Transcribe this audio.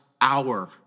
hour